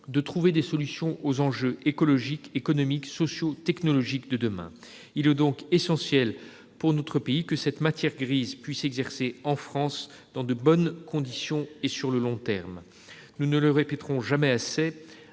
de trouver des solutions aux enjeux écologiques, économiques, sociaux, technologiques de demain. Il est donc essentiel pour notre pays que cette matière grise puisse exercer en France dans de bonnes conditions, et ce sur le long terme. Nous ne le répéterons jamais assez